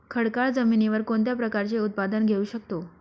खडकाळ जमिनीवर कोणत्या प्रकारचे उत्पादन घेऊ शकतो?